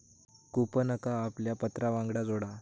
कूपनका आपल्या पत्रावांगडान जोडा